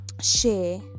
share